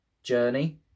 journey